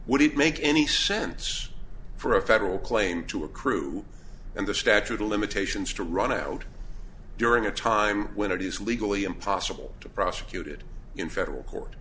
wouldn't make any sense for a federal claim to accrue and the statute of limitations to run out during a time when it is legally impossible to prosecuted in federal court